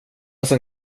som